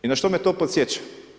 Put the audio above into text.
I na što me to podsjeća?